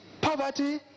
poverty